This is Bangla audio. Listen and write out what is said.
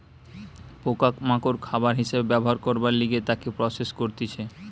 পোকা মাকড় খাবার হিসাবে ব্যবহার করবার লিগে তাকে প্রসেস করতিছে